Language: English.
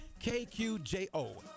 KQJO